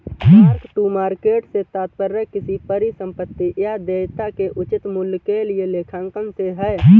mark to market से तात्पर्य किसी परिसंपत्ति या देयता के उचित मूल्य के लिए लेखांकन से है